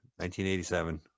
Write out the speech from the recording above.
1987